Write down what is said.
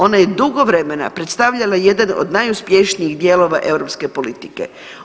Ona je dugo vremena predstavljala jedan od najuspješnijih dijelova europske politike.